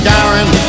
Darren